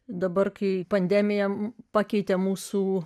dabar kai pandemija pakeitė mūsų